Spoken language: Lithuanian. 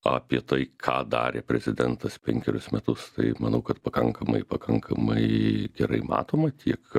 apie tai ką darė prezidentas penkerius metus tai manau kad pakankamai pakankamai gerai matoma tiek